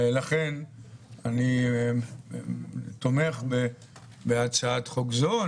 לכן אני תומך בהצעת חוק זו.